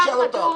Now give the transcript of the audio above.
זה תשאל אותם.